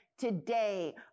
today